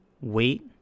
weight